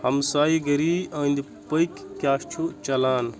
ہمسایہِ گَری أندۍ پٔکۍ کیاہ چھُ چَلان